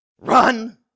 run